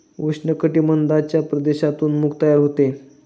उष्ण कटिबंधाच्या प्रदेशात मूग तयार होते